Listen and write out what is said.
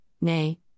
nay